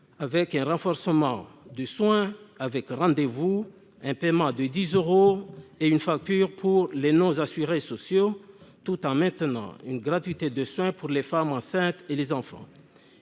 avec le renforcement des soins sur rendez-vous, la mise en place d'un forfait de dix euros et d'une facture pour les non-assurés sociaux, tout en maintenant la gratuité des soins pour les femmes enceintes et les enfants.